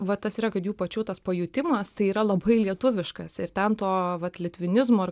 va tas yra kad jų pačių tas pajutimas tai yra labai lietuviškas ir ten to vat litvinizmo ar